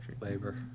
labor